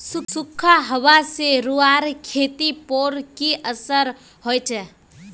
सुखखा हाबा से रूआँर खेतीर पोर की असर होचए?